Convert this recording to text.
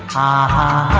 da